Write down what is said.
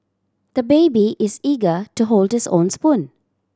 the baby is eager to hold his own spoon